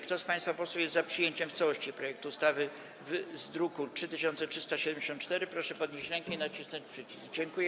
Kto z państwa posłów jest za przyjęciem w całości projektu ustawy w brzmieniu z druku nr 3374, proszę podnieść rękę i nacisnąć przycisk.